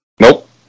Nope